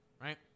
Right